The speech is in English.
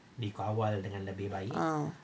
ah